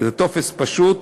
זה טופס פשוט,